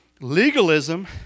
Legalism